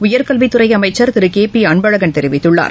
உயர்கல்வித் துறை அமைச்சர் திரு கே பி அன்பழகன் தெரிவித்துள்ளார்